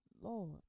Lord